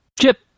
Chip